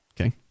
Okay